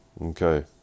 Okay